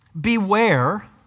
beware